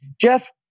Jeff